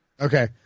Okay